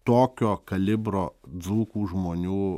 tokio kalibro dzūkų žmonių